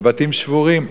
בבתים שבורים,